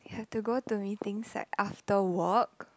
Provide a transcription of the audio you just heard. you have to go to meetings like after work